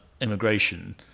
immigration